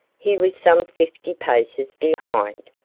he was some fifty paces behind.